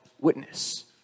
witness